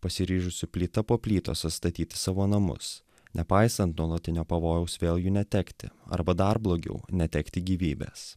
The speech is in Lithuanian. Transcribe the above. pasiryžusių plyta po plytos atstatyti savo namus nepaisant nuolatinio pavojaus vėl jų netekti arba dar blogiau netekti gyvybės